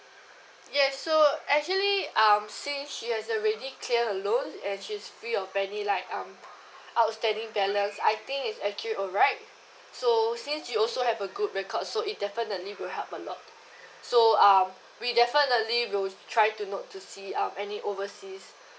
ya so actually um since she has already clear her loan and she's free of any like um outstanding balance I think is actually alright so since you also have a good record so it definitely will help a lot so um we definitely will try to note to see um any overseas